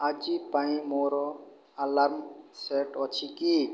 ଆଜି ପାଇଁ ମୋର ଆଲାର୍ମ ସେଟ୍ ଅଛି କି